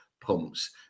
pumps